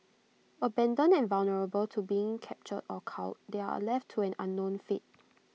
abandoned and vulnerable to being captured or culled they are A left to an unknown fate